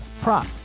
prop